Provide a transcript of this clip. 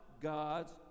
god's